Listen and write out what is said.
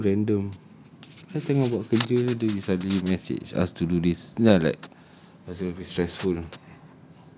you lah so random I tengah buat kerja then you suddenly message ask to do this then I like rasa a bit stressful